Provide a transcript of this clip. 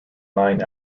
line